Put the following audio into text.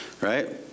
Right